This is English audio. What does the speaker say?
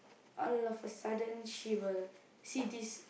all of sudden she will she see this